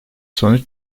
sonuç